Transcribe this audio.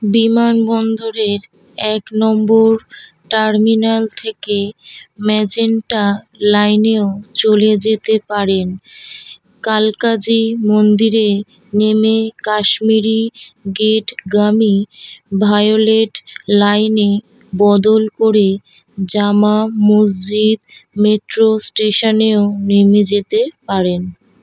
বিমানবন্দরের এক নম্বর টার্মিনাল থেকে ম্যাজেন্টা লাইনেও চলে যেতে পারেন কাল্কাজি মন্দিরে নেমে কাশ্মিরী গেটগামী ভায়োলেট লাইনে বদল করে জামা মসজিদ মেট্রো স্টেশনেও নেমে যেতে পারেন